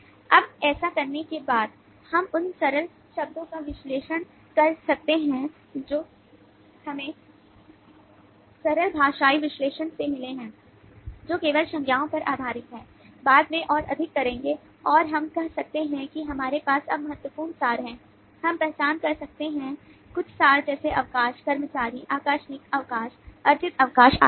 अब ऐसा करने के बाद हम उन सरल शब्दों का विश्लेषण कर सकते हैं जो हमें सरल भाषाई विश्लेषण से मिले हैं जो केवल संज्ञाओं पर आधारित है बाद में और अधिक करेंगे और हम कह सकते हैं कि हमारे पास अब महत्वपूर्ण सार हैं हम पहचान कर सकते हैं कुछ सार जैसे अवकाश कर्मचारी आकस्मिक अवकाश अर्जित अवकाश आदि